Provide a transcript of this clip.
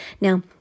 Now